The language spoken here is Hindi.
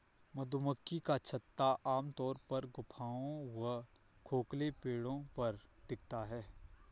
मधुमक्खी का छत्ता आमतौर पर गुफाओं व खोखले पेड़ों पर दिखता है